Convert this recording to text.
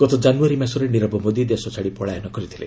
ଗତ କାନୁଆରୀ ମାସରେ ନିରବ ମୋଦି ଦେଶ ଛାଡ଼ି ପଳାୟନ କରିଥିଲେ